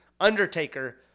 Undertaker